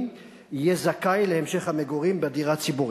יהיה זכאי להמשך המגורים בדירה הציבורית.